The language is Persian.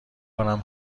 کنم